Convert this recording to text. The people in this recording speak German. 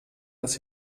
dass